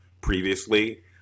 previously